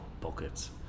pockets